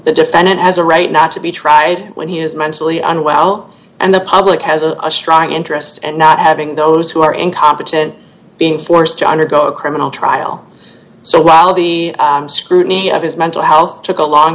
the defendant has a right not to be tried when he is mentally unwell and the public has a strong interest and not having those who are incompetent being forced to undergo a criminal trial so while the scrutiny of his mental health took a long